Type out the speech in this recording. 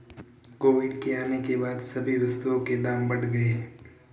Covid के आने के बाद सभी वस्तुओं के दाम बढ़ गए हैं